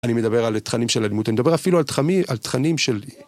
אני מדבר על תכנים של אלימות, אני מדבר אפילו על תכנים של...